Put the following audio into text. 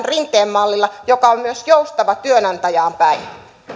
rinteen mallilla joka on myös joustava työnantajaan päin